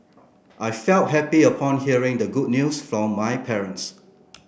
I felt happy upon hearing the good news from my parents